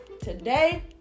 today